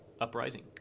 Uprising